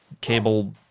cable